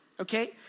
okay